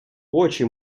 очі